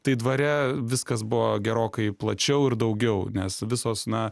tai dvare viskas buvo gerokai plačiau ir daugiau nes visos na